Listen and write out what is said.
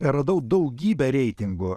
radau daugybę reitingų